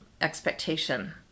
expectation